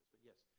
but yes,